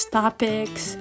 topics